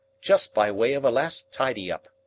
just by way of a last tidy up.